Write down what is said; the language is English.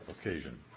occasion